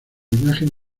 imagen